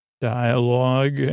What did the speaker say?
Dialogue